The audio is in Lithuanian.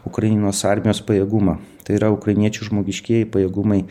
ukrainos armijos pajėgumą tai yra ukrainiečių žmogiškieji pajėgumai